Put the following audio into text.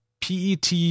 PET